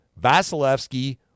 vasilevsky